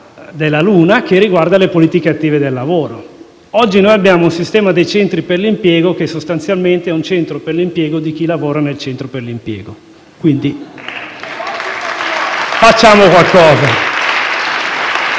della luna che riguarda le politiche attive del lavoro. Oggi noi abbiamo un sistema dei centri per l'impiego che sostanzialmente è un centro per l'impiego di chi lavora nel centro per l'impiego. *(Applausi dai